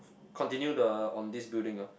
continue the on this building ah